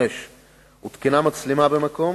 5. הותקנה מצלמה במקום,